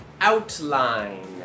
outline